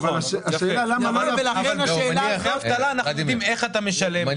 אבל בדמי אבטלה אנחנו יודעים איך אתה משלם,